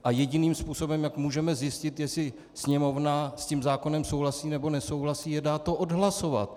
A jediným způsobem, jak můžeme zjistit, jestli Sněmovna s tím zákonem souhlasí, nebo nesouhlasí, je dát to odhlasovat.